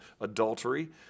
adultery